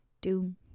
Doom